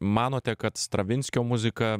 manote kad stravinskio muzika